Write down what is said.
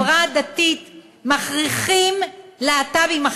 בחברה הדתית מכריחים להט"בים,